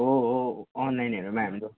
हो हो अनलाइनहरूमा हाम्रो